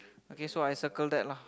okay so I circle that lah